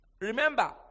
Remember